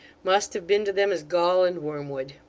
must have been to them as gall and wormwood.